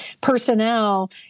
personnel